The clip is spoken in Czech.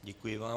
Děkuji vám.